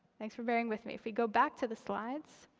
thanks for bearing with me. if we go back to the slides,